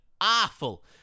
awful